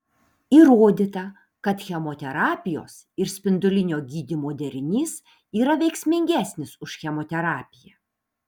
įrodyta kad chemoterapijos ir spindulinio gydymo derinys yra veiksmingesnis už chemoterapiją